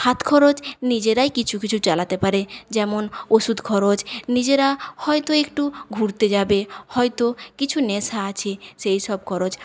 হাত খরচ নিজেরাই কিছু কিছু চালাতে পারে যেমন ওষুধ খরচ নিজেরা হয়তো একটু ঘুরতে যাবে হয়তো কিছু নেশা আছে সেইসব খরচ